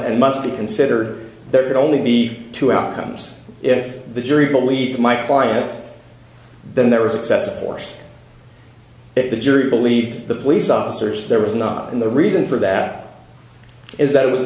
and must be consider there would only be two outcomes if the jury believed my client then there was excessive force that the jury believed the police officers there was not in the reason for that is that it was